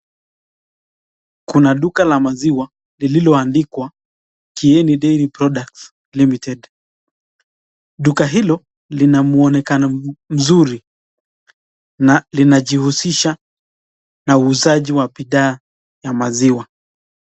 Kuna duka la maziwa lililoandikwa (cs)Kieni Dairy Products Ltd(cs). Duka hilo lina mwonekano mzuri na lina jihusisha na uuzaji wa bidhaa ya maziwa.